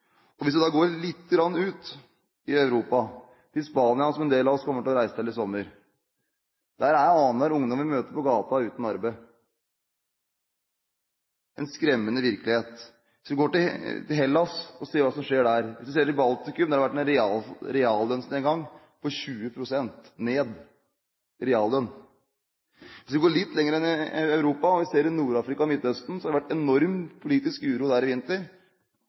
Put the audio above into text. ut i Europa, til Spania, som en del av oss kommer til å reise til i sommer, er annenhver ungdom vi møter på gaten, uten arbeid – en skremmende virkelighet. Vi kan dra til Hellas og se hva som skjer der. Hvis du ser til Baltikum, har det vært en reallønnsnedgang på 20 pst. Hvis vi går litt lenger enn til Europa – til Nord-Afrika og Midt-Østen – har det vært enorm politisk uro der i vinter.